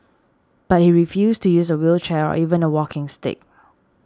but he refused to use a wheelchair or even a walking stick